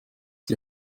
die